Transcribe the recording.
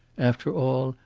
after all,